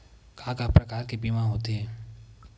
का का प्रकार के बीमा होथे?